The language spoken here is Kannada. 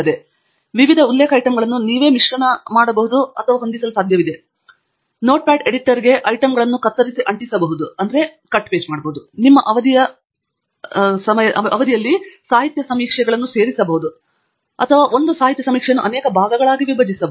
ಮತ್ತು ನೀವು ವಿವಿಧ ಉಲ್ಲೇಖ ಐಟಂಗಳನ್ನು ನೀವೇ ಮಿಶ್ರಣ ಮತ್ತು ಹೊಂದಿಸಲು ಈ ಸ್ವರೂಪವು ನೀವು ನೋಟ್ಪಾಡ್ ಎಡಿಟರ್ಗೆ ಐಟಂಗಳನ್ನು ಕತ್ತರಿಸಿ ಅಂಟಿಸಬಹುದು ಮತ್ತು ನಿಮ್ಮ ಅವಧಿಯ ವಿವಿಧ ಸಮೀಕ್ಷೆಗಳ ಸಮೀಕ್ಷೆಯಲ್ಲಿ ಸೇರಬಹುದು ಅಥವಾ ನೀವು ಒಂದು ಸಾಹಿತ್ಯ ಸಮೀಕ್ಷೆಯನ್ನು ಅನೇಕ ಭಾಗಗಳಾಗಿ ವಿಭಜಿಸಬಹುದು